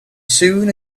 soon